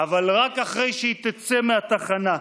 אבל רק אחרי שהיא תצא מהתחנה.